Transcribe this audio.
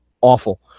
awful